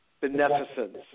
beneficence